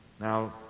Now